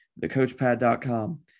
thecoachpad.com